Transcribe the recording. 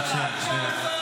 רק שנייה.